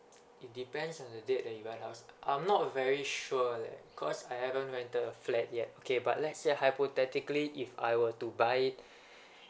it depends on the date that he rent out I'm not very sure eh cause I haven't rented the flat yet okay but let's say hypothetically if I were to buy it